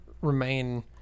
remain